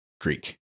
Greek